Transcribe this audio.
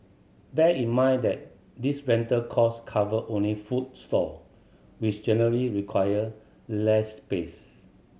bear in mind that this rental cost cover only food stall which generally require less space